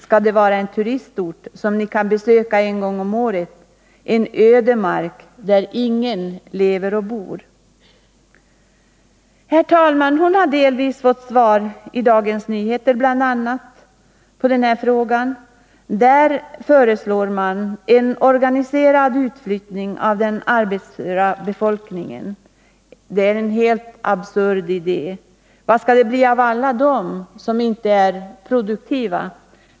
Skall det vara en turistort som ni kan besöka en gång om året, en ödemark där ingen lever och bor?” Herr talman! Hon har delvis fått svar på sin fråga i bl.a. DN. Där föreslår man en organiserad utflyttning av den arbetsföra befolkningen. Det är en absurd idé. Vad skall det bli av alla som inte är i produktiv ålder?